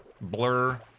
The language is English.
blur